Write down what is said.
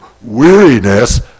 weariness